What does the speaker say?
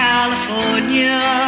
California